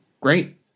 Great